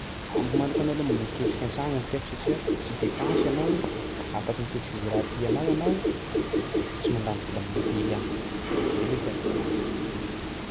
Amiko manokana aloha miketsiky an-tsagno ny tiako satsia tsy depansy anao, afaky miketsiky zay raha tianao anao fa tsy mandany vola amin'ny hôtely agny, zay aloha itiavako anazy.